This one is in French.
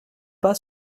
pas